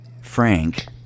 Frank